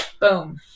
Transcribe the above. boom